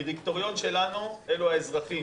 הדירקטוריון שלנו אלו האזרחים,